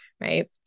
right